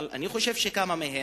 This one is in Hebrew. אבל אני חושב שכמה מהם,